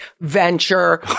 venture